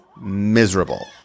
miserable